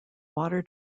water